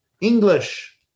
English